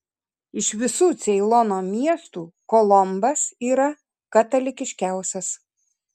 iš visų ceilono miestų kolombas yra katalikiškiausias